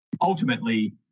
ultimately